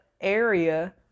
area